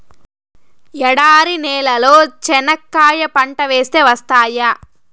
ఎడారి నేలలో చెనక్కాయ పంట వేస్తే వస్తాయా?